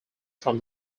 from